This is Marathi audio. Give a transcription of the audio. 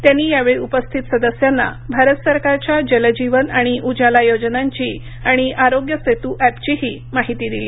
त्यांनी यावेळी उपस्थित सदस्यांना भारत सरकारच्या जल जीवन आणि उजाला योजनांची आणि आरोग्य सेतू एपचीही माहिती दिली